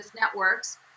networks